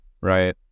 right